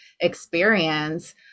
experience